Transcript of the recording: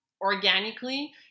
organically